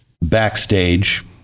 backstage